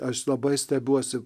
aš labai stebiuosi